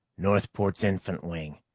northport infant's wing.